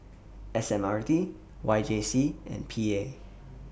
S M R T Y J C and P A